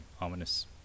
ominous